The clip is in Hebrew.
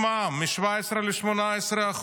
העלאת מע"מ מ-17% ל-18%.